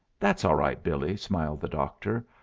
that's all right, billie, smiled the doctor.